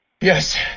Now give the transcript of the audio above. Yes